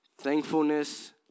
thankfulness